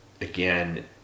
again